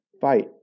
fight